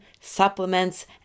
supplements